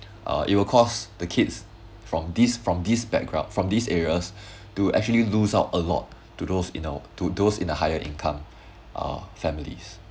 uh it will cause the kids from this from this background from these areas to actually lose out a lot to those you in ou~ to those in the higher income uh families